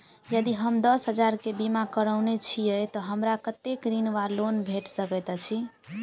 यदि हम दस हजार केँ बीमा करौने छीयै तऽ हमरा कत्तेक ऋण वा लोन भेट सकैत अछि?